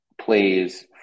plays